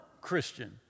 Christian